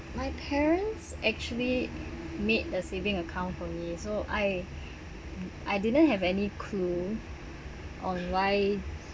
my parents actually made the saving account for me so I I didn't have any clue on why